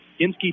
Ginsky